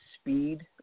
speed